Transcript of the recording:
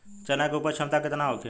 चना के उपज क्षमता केतना होखे?